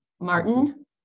Martin